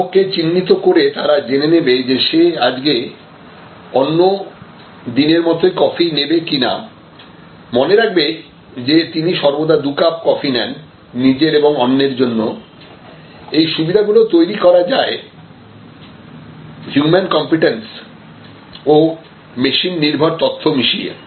গ্রাহককে চিহ্নিত করে তারা জেনে নেবে যে সে আজকে অন্য দিনের মতোই কফি নেবে কিনা মনে রাখবে যে তিনি সর্বদা দু কাপ কফি নেন নিজের এবং অন্যের জন্য এই সুবিধা গুলি তৈরি করা হয় হিউম্যান কমপিটেন্স ও মেশিন নির্ভর তথ্য মিশিয়ে